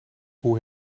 hoe